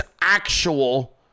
actual